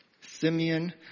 Simeon